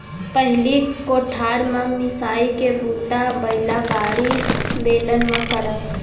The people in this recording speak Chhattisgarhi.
पहिली कोठार म मिंसाई के बूता बइलागाड़ी, बेलन म करयँ